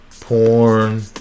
porn